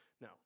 Now